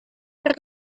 per